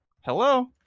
hello